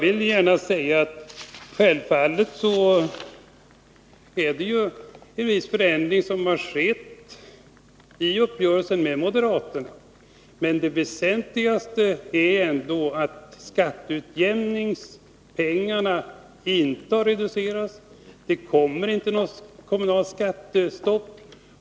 Självfallet har en viss förändring skett genom uppgörelsen med moderaterna, men det väsentligaste är ändå att skatteutjämningsmedlen inte har reducerats, och det blir inte något kommunalt skattestopp.